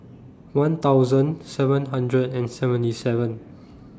one thousand seven hundred and seventy seven